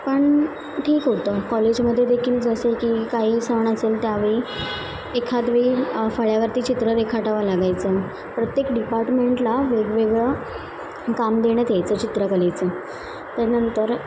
पण ठीक होतं कॉलेजमध्ये देखील जसे की काही सण असेल त्यावेळी एखादे फळ्यावरती चित्र रेखाटावं लागायचं प्रत्येक डिपार्टमेंटला वेगवेगळं काम देण्यात यायचं चित्रकलेचं त्यानंतर